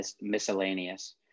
miscellaneous